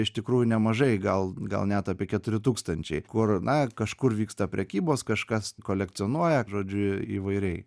iš tikrųjų nemažai gal gal net apie keturi tūkstančiai kur na kažkur vyksta prekybos kažkas kolekcionuoja žodžiu įvairiai